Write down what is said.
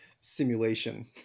simulation